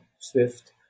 Swift